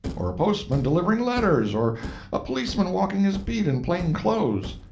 or a postman delivering letters, or a policeman walking his beat, in plain clothes.